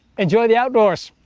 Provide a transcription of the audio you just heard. enjoy the outdoors.